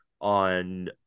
on